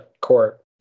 court